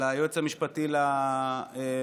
לייעוץ המשפטי לוועדה,